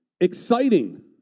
Exciting